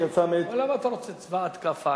למה אתה רוצה צבא התקפה?